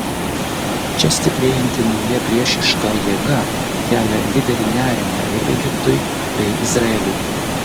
čia stiprėjanti nauja priešiška jėga kelia didelį nerimą ir egiptui bei izraeliui